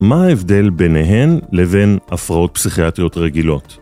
מה ההבדל ביניהן לבין הפרעות פסיכיאטיות רגילות?